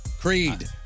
Creed